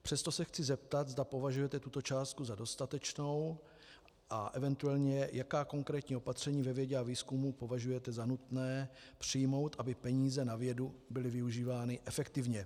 Přesto se chci zeptat, zda považujete tuto částku za dostatečnou a eventuálně jaká konkrétní opatření ve vědě a výzkumu považujete za nutné přijmout, aby peníze na vědu byly využívány efektivně.